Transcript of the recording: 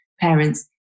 parents